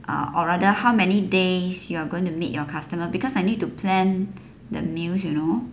uh or rather how many days you are going to meet your customers because I need to plan the meals you know